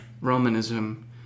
Romanism